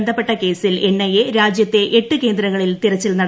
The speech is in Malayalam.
ബന്ധപ്പെട്ട കേസിൽ എൻഐഎ രാജ്യത്തെ എട്ട് കേന്ദ്രങ്ങളിൽ തിരച്ചിൽ നടത്തി